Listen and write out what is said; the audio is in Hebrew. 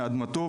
מאדמתו,